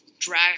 drag